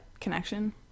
Connection